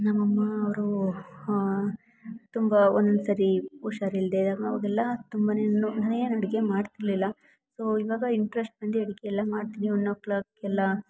ನಮ್ಮ ಅಮ್ಮ ಅವರೂ ತುಂಬ ಒಂದು ಸರಿ ಹುಷಾರಿಲ್ದೇ ಆವಾಗೆಲ್ಲಾ ತುಂಬ ನಾನು ನಾನೇನು ಅಡಿಗೆ ಮಾಡ್ತಿರಲಿಲ್ಲ ಸೋ ಇವಾಗ ಇಂಟ್ರೆಸ್ಟ್ ಬಂದು ಅಡಿಗೆಯೆಲ್ಲ ಮಾಡ್ತೀನಿ ಒನ್ ಒ ಕ್ಲಾಕಿಗೆಲ್ಲ